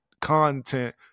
content